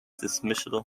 dismissal